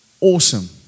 awesome